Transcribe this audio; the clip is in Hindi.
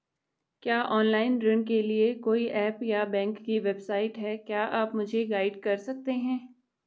क्या ऑनलाइन ऋण के लिए कोई ऐप या बैंक की वेबसाइट है क्या आप मुझे गाइड कर सकते हैं?